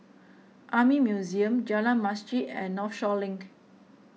Army Museum Jalan Masjid and Northshore Link